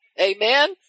Amen